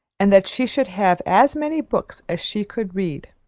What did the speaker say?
and that she should have as many books as she could read.